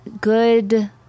good